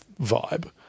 vibe